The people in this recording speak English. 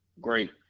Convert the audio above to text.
great